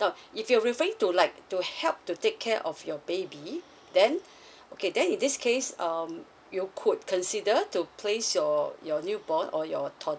now if you're referring to like to help to take care of your baby then okay then in this case um you could consider to place your your new born or your toddler